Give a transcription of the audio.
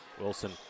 Wilson